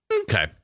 Okay